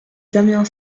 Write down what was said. damien